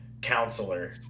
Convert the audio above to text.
counselor